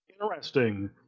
Interesting